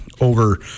over